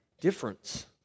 difference